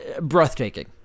Breathtaking